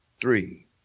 three